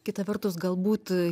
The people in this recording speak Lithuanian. kita vertus galbūt